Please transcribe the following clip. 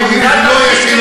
לך יש אלוהים, לו יש אלוהים.